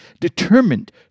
determined